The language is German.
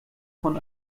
von